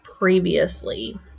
previously